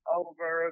over